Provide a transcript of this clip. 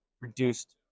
reduced